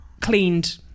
cleaned